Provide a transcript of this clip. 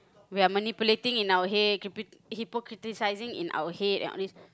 we are manipulating in our head hyp~ hypocriticising in our head and all this